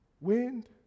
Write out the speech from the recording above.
wind